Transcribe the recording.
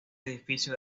edificio